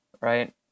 right